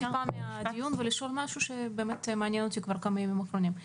הסיפור של צ'כיה מעניין אותי בימים האחרונים.